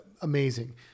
amazing